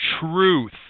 truth